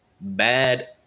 bad